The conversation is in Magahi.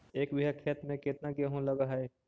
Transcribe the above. एक बिघा खेत में केतना गेहूं लग है?